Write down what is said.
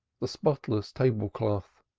the spotless table-cloth,